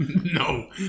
No